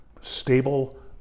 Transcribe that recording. stable